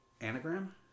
anagram